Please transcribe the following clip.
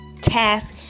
task